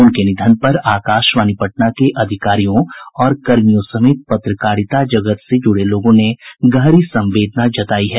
उनके निधन पर आकाशवाणी पटना के अधिकारियों और कर्मियों समेत पत्रकारिता जगत से जुड़े लोगों ने गहरी संवेदना जतायी है